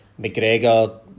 McGregor